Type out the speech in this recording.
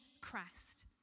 Christ